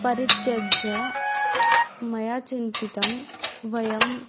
परित्यज्य मया चिन्तितं वयं